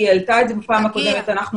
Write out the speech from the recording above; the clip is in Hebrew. היא העלתה את זה בפעם הקודמת --- היא תגיע.